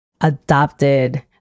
adopted